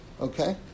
Okay